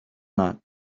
not